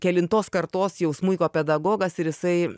kelintos kartos jau smuiko pedagogas ir jisai